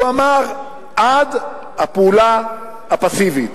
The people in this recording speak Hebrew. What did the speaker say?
הוא אמר: עד הפעולה הפסיבית.